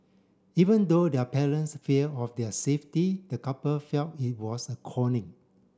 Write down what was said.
even though their parents fear of their safety the couple felt it was a calling